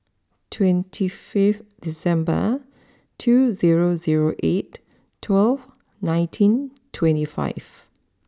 twenty five December two zero zero eight twelve nineteen twenty five